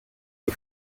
wie